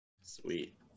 Sweet